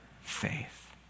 faith